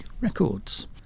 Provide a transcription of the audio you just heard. Records